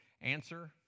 Answer